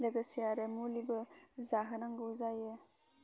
लोगोसे आरो मुलिबो जाहोनांगौ जायो